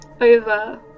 over